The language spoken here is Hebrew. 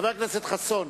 חבר הכנסת חסון,